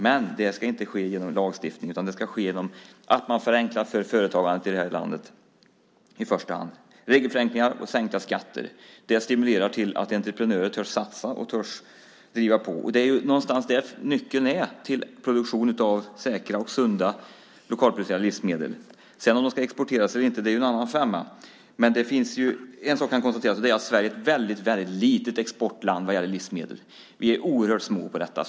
Men det ska inte ske genom lagstiftning utan det ska ske genom att man förenklar för företagandet i landet i första hand. Regelförenklingar och sänkta skatter stimulerar entreprenörer så att de törs satsa och törs driva på. Det är någonstans där nyckeln är till produktion av säkra och sunda lokalproducerade livsmedel. Om de ska exporteras eller inte är en annan femma. Men en sak kan konstateras och det är att Sverige är ett väldigt litet exportland vad gäller livsmedel. Vi är oerhört små på detta.